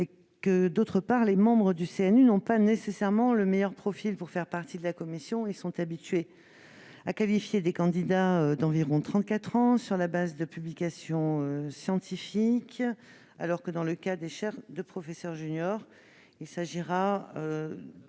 Par ailleurs, les membres du CNU n'ont pas nécessairement le meilleur profil pour faire partie de la commission : ils sont habitués à qualifier des candidats d'environ 34 ans, sur la base de publications scientifiques, alors que, dans le cas des chaires de professeur junior, il s'agira